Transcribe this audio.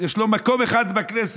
יש לו מקום אחד בכנסת,